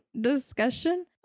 discussion